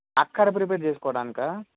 అక్కడ ప్రిపేర్ చేసుకోడానికా